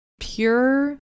Pure